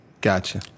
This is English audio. Gotcha